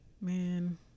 Man